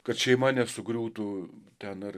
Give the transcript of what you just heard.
kad šeima nesugriūtų ten ar